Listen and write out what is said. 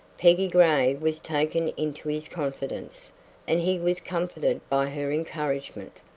peggy gray was taken into his confidence and he was comforted by her encouragement.